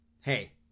Hey